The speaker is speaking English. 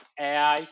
AI